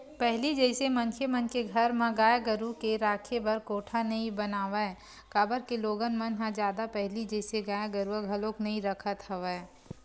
पहिली जइसे मनखे मन के घर म गाय गरु के राखे बर कोठा नइ बनावय काबर के लोगन मन ह जादा पहिली जइसे गाय गरुवा घलोक नइ रखत हवय